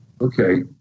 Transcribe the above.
Okay